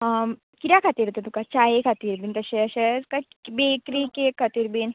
कित्या खातीर ते तुका चाये खातीर बीन तशे अशेच काय बेकरी केक खातीर बीन